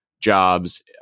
jobs